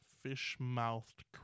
fish-mouthed